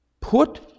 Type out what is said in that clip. put